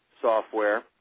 software